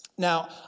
Now